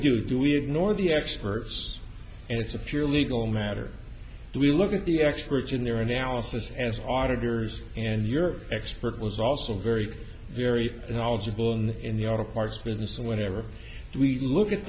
do do we ignore the experts and secure legal matter do we look at the experts in their analysis and auditors and your expert was also very very knowledgeable in in the auto parts business and whenever we look at